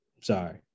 Sorry